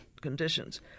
conditions